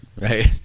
Right